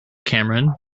cameron